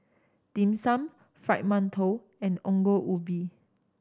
Dim Sum Fried Mantou and Ongol Ubi